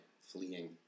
fleeing